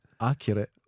Accurate